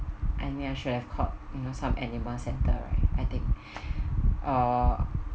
I mean I should have called you know some animal center right I think or